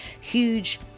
huge